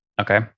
Okay